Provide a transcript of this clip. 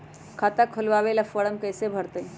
खाता खोलबाबे ला फरम कैसे भरतई?